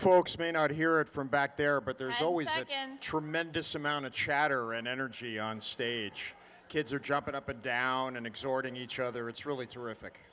folks may not hear it from back there but there's always been tremendous amount of chatter and energy on stage kids are jumping up and down and exhorting each other it's really terrific